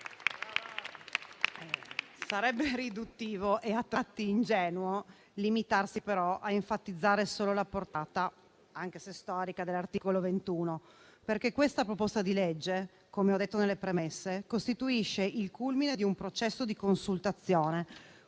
Sarebbe riduttivo e a tratti ingenuo limitarsi però a enfatizzare solo la portata, anche se storica, dell'articolo 21. Questa proposta di legge, infatti - come ho detto nelle premesse - costituisce il culmine di un processo di consultazione